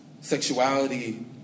sexuality